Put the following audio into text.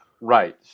Right